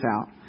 out